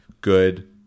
good